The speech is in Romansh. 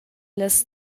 las